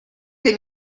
для